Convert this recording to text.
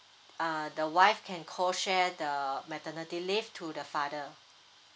uh the wife can co share the maternity leave to the father